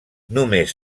només